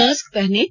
mask पहनें